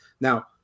Now